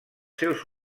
seus